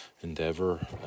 endeavor